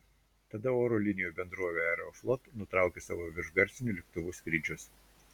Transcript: tada oro linijų bendrovė aeroflot nutraukė savo viršgarsinių lėktuvų skrydžius